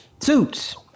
Suits